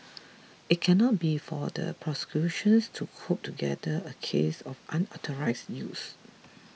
it cannot be for the prosecutions to cobble together a case of unauthorised use